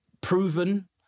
proven